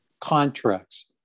contracts